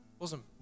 Awesome